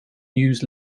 news